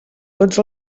tots